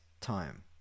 time